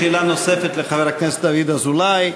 שאלה נוספת לחבר הכנסת דוד אזולאי.